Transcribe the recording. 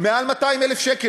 מעל 200,000 שקל,